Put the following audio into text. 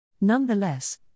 Nonetheless